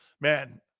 Man